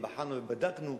ובחנו ובדקנו,